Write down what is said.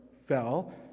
fell